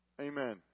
Amen